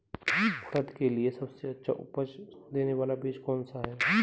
उड़द के लिए सबसे अच्छा उपज देने वाला बीज कौनसा है?